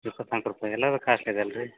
ಇಪ್ಪತ್ನಾಲ್ಕು ರೂಪಾಯಿ ಎಲ್ಲದೂ ಕಾಸ್ಟ್ಲಿದೆಯಲ್ರಿ